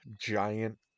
giant